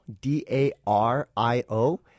d-a-r-i-o